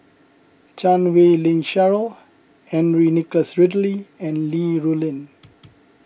Chan Wei Ling Cheryl Henry Nicholas Ridley and Li Rulin